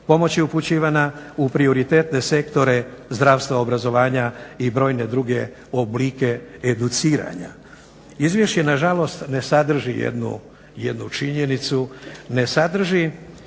pomoć je upućivana u prioritetne sektore zdravstva i obrazovanja i brojene druge oblike educiranja. Izvješće nažalost ne sadrži jednu činjenicu.